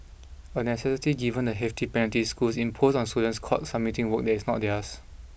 a necessity given the hefty penalties schools impose on students caught submitting work that is not theirs